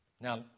Now